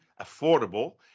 affordable